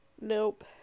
Nope